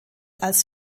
als